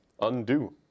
Undo